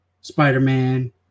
Spider-Man